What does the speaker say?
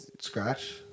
Scratch